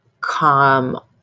calm